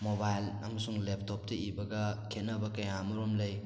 mobile ꯑꯃꯁꯨꯡ ꯂꯦꯞꯇꯣꯞꯇ ꯏꯕꯒ ꯈꯦꯠꯅꯕ ꯀꯌꯥ ꯑꯃꯔꯣꯝ ꯂꯩ